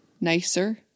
nicer